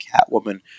Catwoman